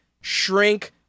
shrink